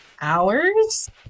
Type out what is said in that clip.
hours